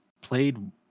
played